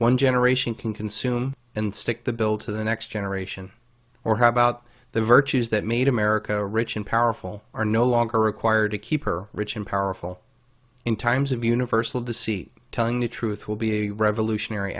one generation can consume and stick the bill to the next generation or how about the virtues that made america rich and powerful are no longer required to keep her rich and powerful in times of universal deceit telling the truth will be a revolutionary